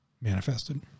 manifested